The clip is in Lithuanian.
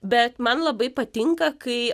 bet man labai patinka kai